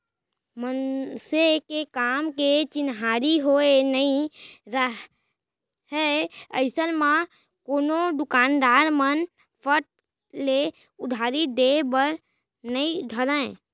मनसे के काम के चिन्हारी होय नइ राहय अइसन म कोनो दुकानदार मन फट ले उधारी देय बर नइ धरय